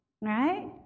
Right